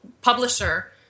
publisher